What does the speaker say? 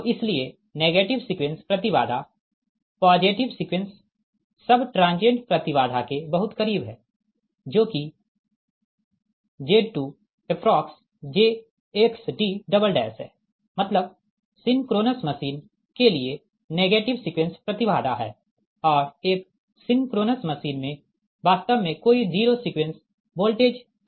तो इसलिए negative sequence प्रति बाधा पॉजिटिव सीक्वेंस सब ट्रांजिएंट प्रति बाधा के बहुत करीब है जो कि Z2≈jXd है मतलब सिंक्रोनस मशीन के लिए नेगेटिव सीक्वेंस प्रति बाधा है और एक सिंक्रोनस मशीन में वास्तव में कोई जीरो सीक्वेंस वोल्टेज प्रेरित नहीं है